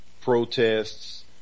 protests